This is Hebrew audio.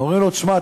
אומרים לו: תשמע,